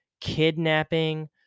kidnapping